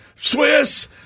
Swiss